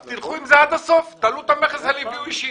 תלכו עם זה עד הסוף ותעלו את המכס על יבוא אישי.